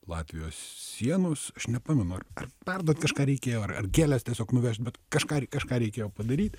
latvijos sienos aš nepamenu ar perduot kažką reikėjo ar ar gėles tiesiog nuvežt bet kažką kažką reikėjo padaryt